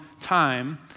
time